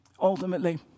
ultimately